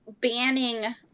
banning